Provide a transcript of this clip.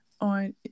on